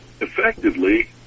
effectively